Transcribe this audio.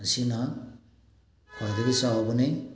ꯑꯁꯤꯅ ꯈ꯭ꯋꯥꯏꯗꯒꯤ ꯆꯥꯎꯕꯅꯤ